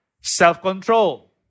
Self-control